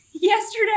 yesterday